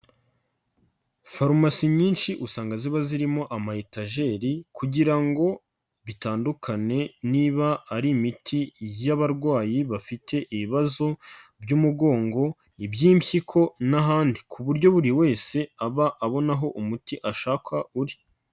Farumasi nyinshi usanga ziba zirimo amayetajeri kugira ngo bitandukane, niba ari imiti y'abarwayi bafite ibibazo by'umugongo, iby'impyiko n'ahandi, ku buryo buri wese aba abona aho umuti ashaka uri.